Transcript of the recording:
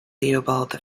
theobald